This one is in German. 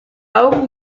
augen